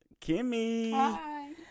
Kimmy